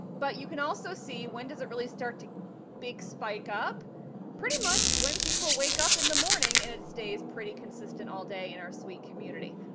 but you can also see when does it really start to big spike up pretty much when people wake up in the morning and it stays pretty consistent all day. in our suite community,